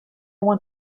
want